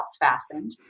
fastened